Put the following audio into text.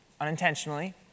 unintentionally